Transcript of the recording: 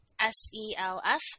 s-e-l-f